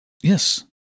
Yes